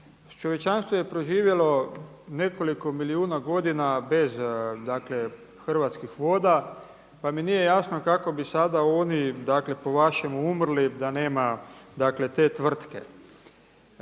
čovječanstvo je proživjelo nekoliko milijuna godina bez dakle Hrvatskih voda pa mi nije jasno kako bi sada oni dakle po vašem umrli da nema dakle te tvrtke.